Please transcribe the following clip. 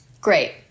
Great